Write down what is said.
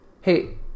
hey